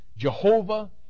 Jehovah